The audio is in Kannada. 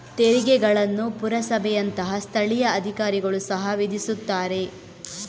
ತೆರಿಗೆಗಳನ್ನು ಪುರಸಭೆಯಂತಹ ಸ್ಥಳೀಯ ಅಧಿಕಾರಿಗಳು ಸಹ ವಿಧಿಸುತ್ತಾರೆ